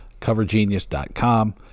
CoverGenius.com